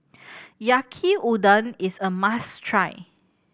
Yaki Udon is a must try